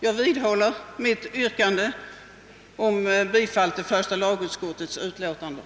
Jag vidhåller mitt yrkande om bifall till första lagutskottets hemställan.